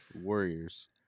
Warriors